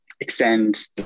extend